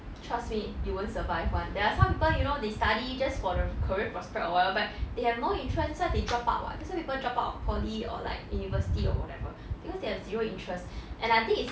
trust me you won't survive [one] there are some people you know they study just for the career prospect or whatever but they have no interest that's why they drop out [what] that's why people drop out of poly or like university or whatever because they have zero interest and I think it's